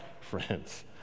friends